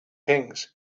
kings